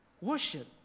worship